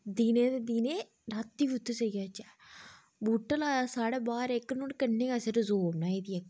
दिनें ते दिनें रातीं बी उत्थे सेई जाचै बूहटा लाए दा साढ़े बाह्र इक नोह्ड़े कन्नै गै असें रसो बनाई दी इक